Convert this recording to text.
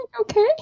okay